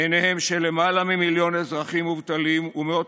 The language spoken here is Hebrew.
עיניהם של למעלה ממיליון אזרחים מובטלים ומאות